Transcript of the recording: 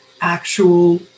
actual